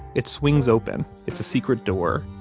it swings open. it's a secret door,